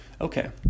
okay